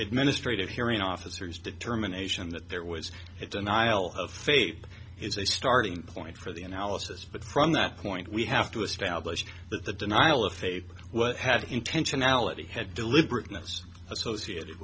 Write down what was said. administrative hearing officers determination that there was it denial of faith is a starting point for the analysis but from that point we have to establish that the denial of faith what has intentionality had deliberately that's associated